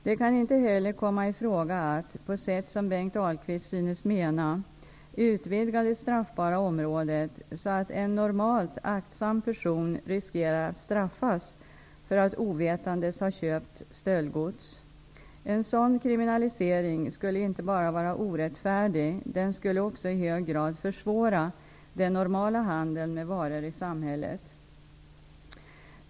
Det kan inte heller komma i fråga att -- på sätt som Bengt Ahlquist synes mena -- utvidga det straffbara området så att en normalt aktsam person riskerar att straffas för att ovetandes ha köpt stöldgods. En sådan kriminalisering skulle inte bara vara orättfärdig, den skulle också i hög grad försvåra den normala handeln med varor i samhället.